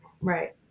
Right